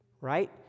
Right